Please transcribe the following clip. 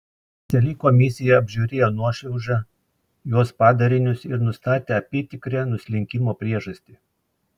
speciali komisija apžiūrėjo nuošliaužą jos padarinius ir nustatė apytikrę nuslinkimo priežastį